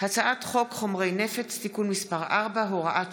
הצעת חוק חומרי נפץ (תיקון מס' 4, הוראת שעה)